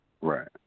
Right